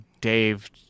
dave